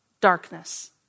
darkness